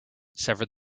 sever